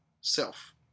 self